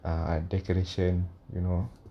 ah decoration you know